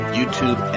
YouTube